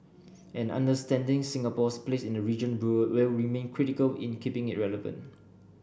and understanding Singapore's place in the region will remain critical in keeping it relevant